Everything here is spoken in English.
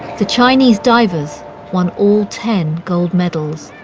the chinese divers won all ten gold medals.